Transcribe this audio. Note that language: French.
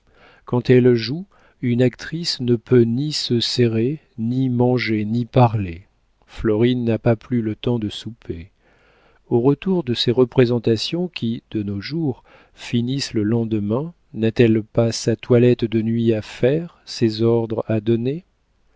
quand elle joue une actrice ne peut ni se serrer ni manger ni parler florine n'a pas plus le temps de souper au retour de ces représentations qui de nos jours finissent le lendemain n'a-t-elle pas sa toilette de nuit à faire ses ordres à donner